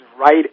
right